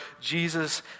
Jesus